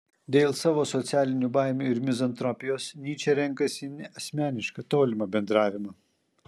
dėl savo socialinių baimių ir mizantropijos nyčė renkasi neasmenišką tolimą bendravimą